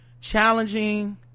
challenging